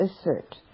assert